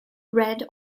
red